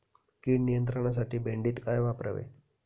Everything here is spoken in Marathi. कीड नियंत्रणासाठी भेंडीत काय वापरावे?